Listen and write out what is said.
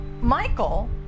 Michael